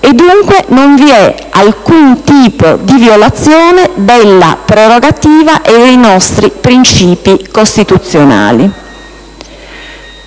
e, dunque, non vi è alcun tipo di violazione della prerogativa e dei nostri principi costituzionali.